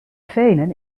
venen